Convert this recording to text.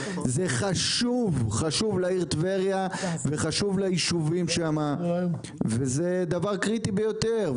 זה חשוב לעיר טבריה וחשוב ליישובים שם וזה דבר קריטי ביותר,